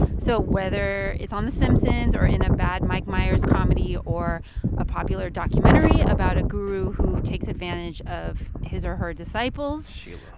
so whether it's on the simpsons or in a bad mike myers comedy or a popular documentary about a guru who takes advantage of his or her disciples. sheela.